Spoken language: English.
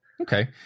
okay